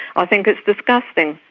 i think it's disgusting.